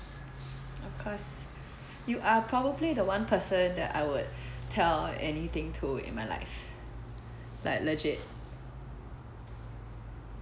of course you are probably the one person that I would tell anything to in my life like legit